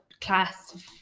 class